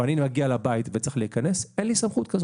אני מגיע לבית וצריך להיכנס, אין לי סמכות כזאת.